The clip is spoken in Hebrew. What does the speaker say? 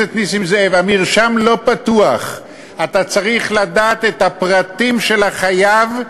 המרשם לא פתוח, אתה צריך לדעת את הפרטים של החייב,